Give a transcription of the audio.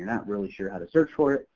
not really sure how to search for it,